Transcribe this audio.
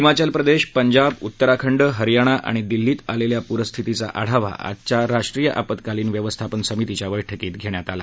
हिमाचल प्रदेश पंजाब उत्तराखंड हरयाणा आणि दिल्लीत आलेल्या पूरपरिस्थितीचा आढावा आजच्या राष्ट्रीय आपत्कालीन व्यवस्थापन समितीच्या बैठकीत घेण्यात आला